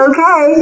Okay